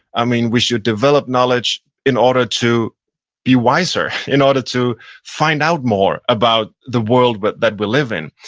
i mean, we should develop knowledge in order to be wiser, in order to find out more about the world but that we live in.